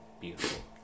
Beautiful